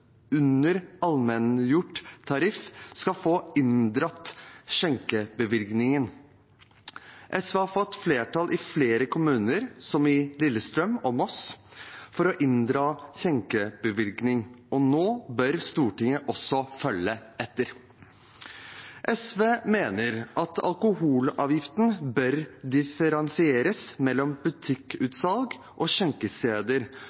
under allmenngjort tariff, kan få inndratt skjenkebevillingen. SV har fått flertall i flere kommunestyrer, som i Lillestrøm og Moss, for å inndra skjenkebevilling, og nå bør Stortinget også følge etter. SV mener at alkoholavgiften bør differensieres mellom